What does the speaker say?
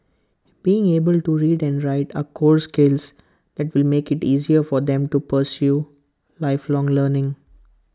being able to read and write are core skills that will make IT easier for them to pursue lifelong learning